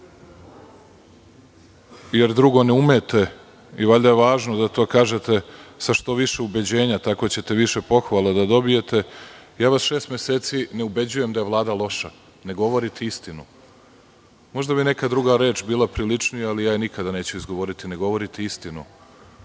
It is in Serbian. jer drugo ne umete, i valjda je važno da to kažete sa što više ubeđenja tako ćete više pohvala da dobijete. Ja vas šest meseci ne ubeđujem da je Vlada loša, ne govorite istinu. Možda bi neka druga reč bila priličnija ali ja je nikada neću izgovoriti, ne govorite istinu.